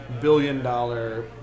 billion-dollar